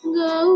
go